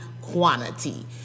quantity